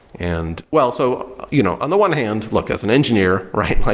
and well, so you know on the one hand look, as an engineer, right?